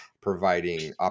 providing